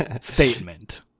statement